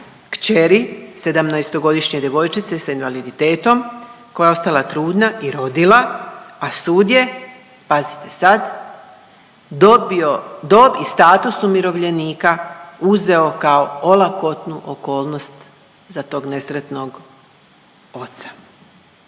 sedamnaestogodišnje djevojčice sa invaliditetom koja je ostala trudna i rodila, a sud je pazite sad dob, status umirovljenika uzeo kao olakotnu okolnost za tog nesretnog oca.